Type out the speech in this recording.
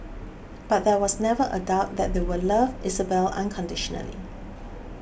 but there was never a doubt that they would love Isabelle unconditionally